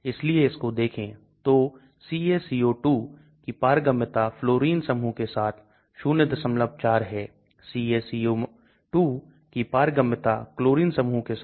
लेकिन अगर आप इस विशेष उदाहरण में पानी लेते हैं तो पानी आपके पास ऑक्सीजन हाइड्रोजन हाइड्रोजन है